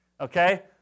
Okay